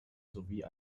sowie